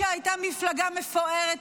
שהייתה מפלגה מפוארת,